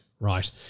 Right